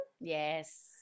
yes